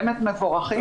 באמת מבורכים,